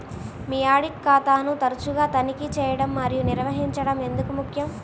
మీ audit ఖాతాను తరచుగా తనిఖీ చేయడం మరియు నిర్వహించడం ఎందుకు ముఖ్యం?